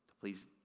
please